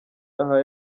aha